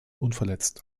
unverletzt